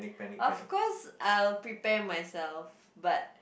of course I will prepare myself but